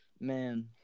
man